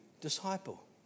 disciple